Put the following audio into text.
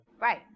Right